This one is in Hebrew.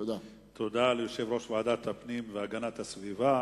תודה ליושב-ראש ועדת הפנים והגנת הסביבה